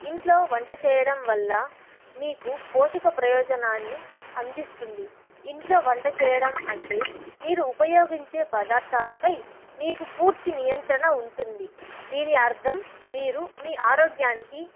ఇంట్లో వంట చెయ్యడం వల్ల మీకు పోషక ప్రయోజనాన్ని అందిస్తుంది ఇంట్లో వంట చెయ్యడం అంటే మీరు ఉపయోగించే పదార్థాలపై మీకు పూర్తి నియంత్రణ ఉంటుంది దీని అర్థం మీరు మీ ఆరోగ్యానికి